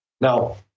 Now